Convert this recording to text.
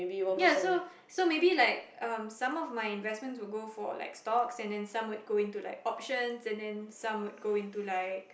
ya so so maybe like um some of my investments would go for like stocks and then some would go into like options and then some would go into like